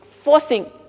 forcing